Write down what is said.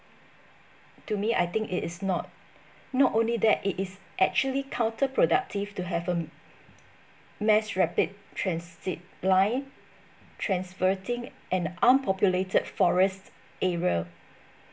to me I think it is not not only that it is actually counterproductive to have a mass rapid transit line transversing an unpopulated forest area